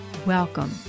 Welcome